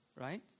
right